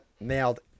nailed